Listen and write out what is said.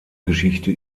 geschichte